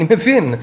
אני מבין.